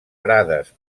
prades